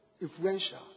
influential